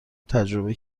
تجربه